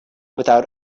without